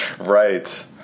Right